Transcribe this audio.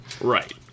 Right